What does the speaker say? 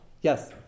Yes